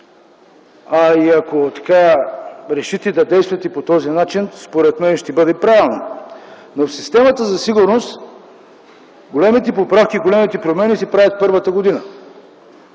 а и, ако решите да действате по този начин, според мен, ще бъде правилно, но в системата за сигурност големите поправки, големите промени се правят в първата година.